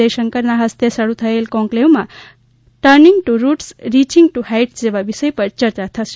જય શંકર ના હસ્તે શરૂ થયેલા કોન્કલેવમાં turning to roots reaching to heights જેવા વિષય પર આ ચર્ચા થશે